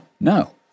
No